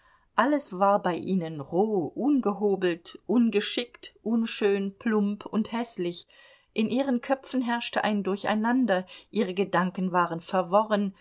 alles war bei ihnen roh ungehobelt ungeschickt unschön plump und häßlich in ihren köpfen herrschte ein durcheinander ihre gedanken waren verworren